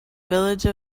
village